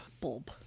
Bob